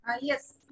yes